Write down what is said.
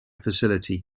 facility